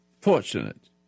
fortunate